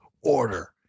order